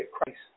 christ